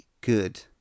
good